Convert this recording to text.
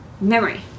memory